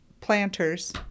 planters